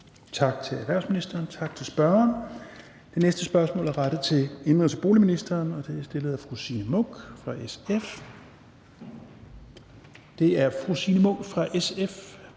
Tak til erhvervsministeren, og tak til spørgeren. Det næste spørgsmål er rettet til indenrigs- og boligministeren, og det er stillet af fru Signe Munk fra SF. Kl. 13:46 Spm. nr. S